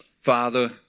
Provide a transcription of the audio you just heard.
Father